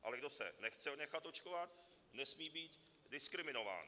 Ale kdo se nechce nechat očkovat, nesmí být diskriminován.